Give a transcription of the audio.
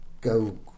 go